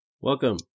Welcome